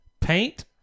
paint